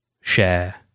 share